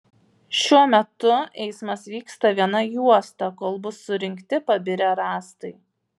šiuo metu eismas vyksta viena juosta kol bus surinkti pabirę rąstai